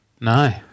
no